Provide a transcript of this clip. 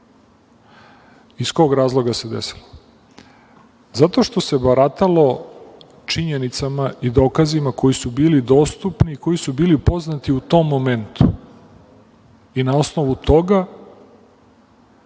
Iz kog razloga se desilo? Zato što se baratalo činjenicama i dokazima koji su bili dostupni i koji su bili poznati u tom momentu i na osnovu toga